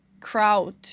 crowd